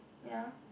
wait ah